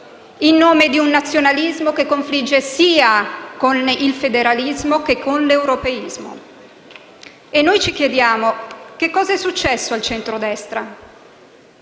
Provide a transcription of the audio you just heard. in nome di un nazionalismo che confligge sia con il federalismo che con l'europeismo. Ci chiediamo che cosa sia successo al centrodestra;